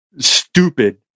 stupid